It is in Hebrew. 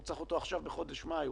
הוא צריך אותו עכשיו בחודש מאי,